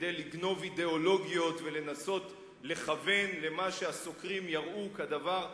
כדי לגנוב אידיאולוגיות ולנסות לכוון למה שהסוקרים יראו כדבר הנכון.